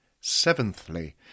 Seventhly